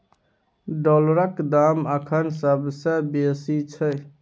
डॉलरक दाम अखन सबसे बेसी छै